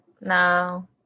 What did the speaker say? no